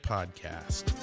Podcast